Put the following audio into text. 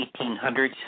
1800s